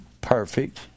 perfect